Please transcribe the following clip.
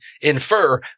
infer